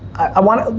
i want to,